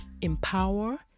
empower